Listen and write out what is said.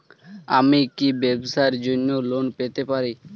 আমি কি ব্যবসার জন্য লোন পেতে পারি?